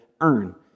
earn